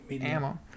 ammo